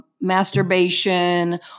masturbation